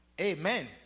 Amen